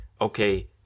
okay